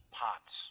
pots